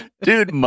Dude